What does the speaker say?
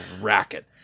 racket